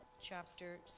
chapter